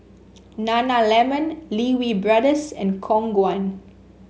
Nana lemon Lee Wee Brothers and Khong Guan